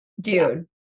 dude